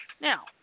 Now